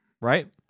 Right